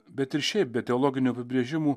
bet ir šiaip be teologinių apibrėžimų